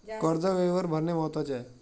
कर्ज वेळेवर भरणे महत्वाचे आहे